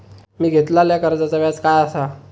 मी घेतलाल्या कर्जाचा व्याज काय आसा?